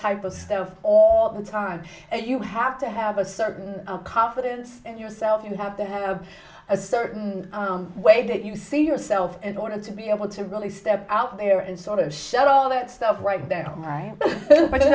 type of stuff all the time and you have to have a certain confidence in yourself you have to have a certain way that you see yourself in order to be able to really step out there and sort of shut all that stuff right down right